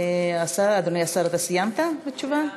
אדוני השר, סיימת את התשובה?